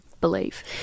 believe